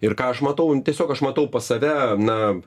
ir ką aš matau tiesiog aš matau save na